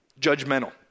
judgmental